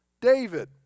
David